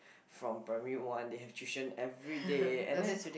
from primary one they have tuition everyday and then